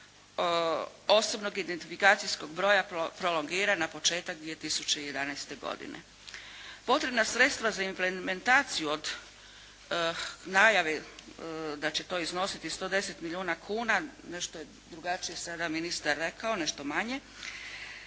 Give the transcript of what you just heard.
osobnog identifikacijskog broja prolongira na početak 2011. godine. Potrebna sredstva za implementaciju od najave da će to iznositi 110 milijuna kuna, nešto je drugačije sada ministar rekao, nešto manje